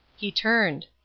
he turned.